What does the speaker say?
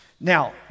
Now